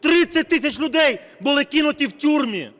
30 тисяч людей були кинуті в тюрми,